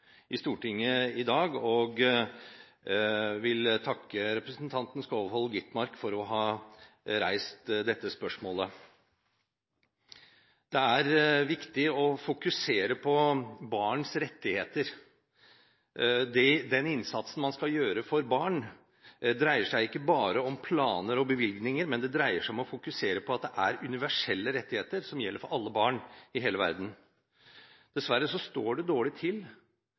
i Stortinget i dag, og vil takke representanten Skovholt Gitmark for å ha reist dette spørsmålet. Det er viktig å fokusere på barns rettigheter. Den innsatsen man skal gjøre for barn, dreier seg ikke bare om planer og bevilgninger, men det dreier seg om å fokusere på at det er universelle rettigheter som gjelder for alle barn i hele verden. Dessverre står det dårlig til